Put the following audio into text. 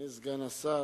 אדוני סגן השר,